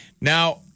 Now